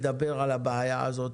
כשאתה פונה בממשלה לדבר על הבעיה הזאת,